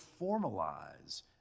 formalize